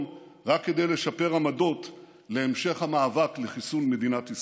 רק כדי לשפר עמדות להמשך המאבק לחיסול מדינת ישראל.